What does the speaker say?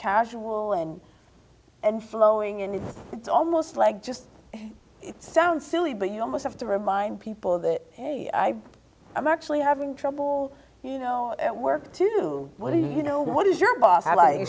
casual and and flowing and it's almost like just it sounds silly but you almost have to remind people that i'm actually having trouble you know at work to do what do you know what is your boss i like